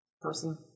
person